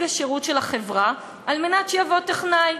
השירות של החברה על מנת שיבוא טכנאי.